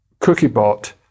CookieBot